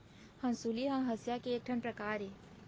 हँसुली ह हँसिया के एक ठन परकार अय